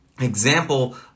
example